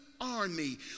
army